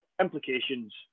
implications